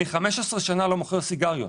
אני 15 שנים לא מוכר סיגריות